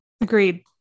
Agreed